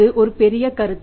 அது ஒரு பெரிய கருத்து